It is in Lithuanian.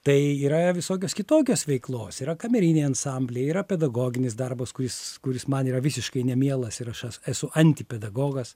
tai yra visokios kitokios veiklos yra kameriniai ansambliai yra pedagoginis darbas kuris kuris man yra visiškai nemielas ir aš es esu antipedagogas